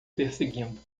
perseguindo